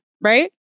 Right